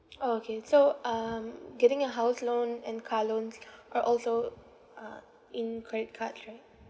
orh okay so um getting a house loan and car loans are also uh in credit cards right